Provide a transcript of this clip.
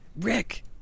Rick